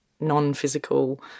non-physical